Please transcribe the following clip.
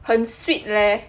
很 sweet leh